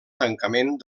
tancament